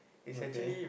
okay